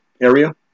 area